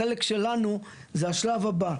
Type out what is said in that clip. החלק שלנו הוא השלב הבא.